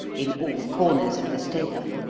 in all corners of the stable